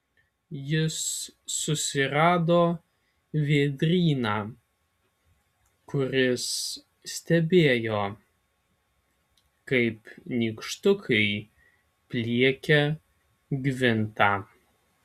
jis susirado vėdryną kuris stebėjo kaip nykštukai pliekia gvintą